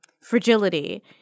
fragility